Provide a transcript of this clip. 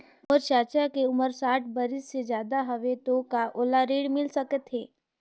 मोर चाचा के उमर साठ बरिस से ज्यादा हवे तो का ओला ऋण मिल सकत हे?